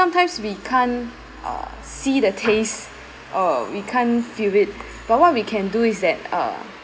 sometimes we can't uh see the taste uh we can't feel it but what we can do is that uh